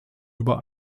über